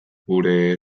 gure